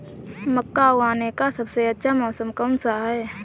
मक्का उगाने का सबसे अच्छा मौसम कौनसा है?